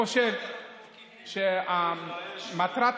לא שמענו